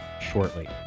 shortly